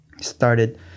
started